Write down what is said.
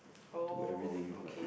to everything like